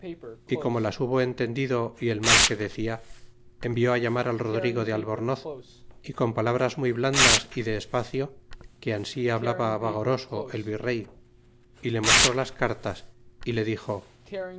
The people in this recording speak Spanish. y como las hubo entendido y el mal que decia envió á llamar al rodrigo de albornoz y con palabras muy blandas y de espacio que ansi hablaba vagoroso el virrey y le mostró las cartas y le dixo